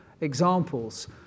examples